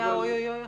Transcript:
אוי, אוי, אוי.